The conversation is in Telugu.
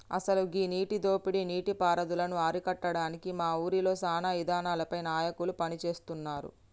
అసలు గీ నీటి దోపిడీ నీటి పారుదలను అరికట్టడానికి మా ఊరిలో సానా ఇదానాలపై నాయకులు పని సేస్తున్నారు